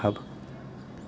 হ'ব